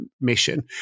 mission